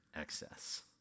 excess